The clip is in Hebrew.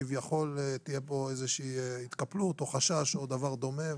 שכביכול תהיה פה איזושהי התקפלות או חשש או דבר דומה,